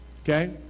Okay